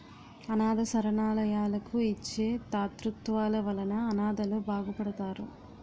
అనాధ శరణాలయాలకు ఇచ్చే తాతృత్వాల వలన అనాధలు బాగుపడతారు